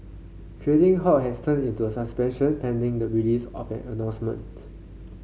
trading halt has turned into a suspension pending the release of an announcement